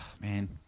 Man